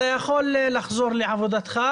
אתה יכול לחזור לעבודתך,